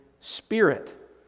spirit